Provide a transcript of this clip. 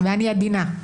ואני עדינה.